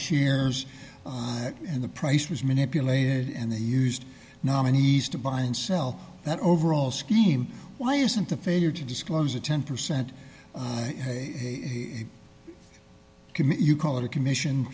shares and the price was manipulated and they used nominees to buy and sell that overall scheme why isn't the failure to disclose a ten percent can you call it a commission